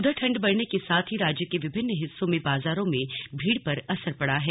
उधर ठंड बढ़ने के साथ ही राज्य के विभिन्न हिस्सों में बाजारों में भीड़ पर असर पड़ा है